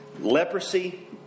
Leprosy